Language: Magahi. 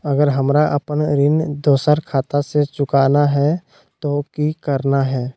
अगर हमरा अपन ऋण दोसर खाता से चुकाना है तो कि करना है?